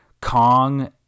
Kong